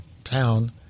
town